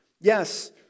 Yes